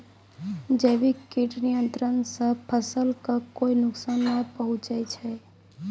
जैविक कीट नियंत्रण सॅ फसल कॅ कोय नुकसान नाय पहुँचै छै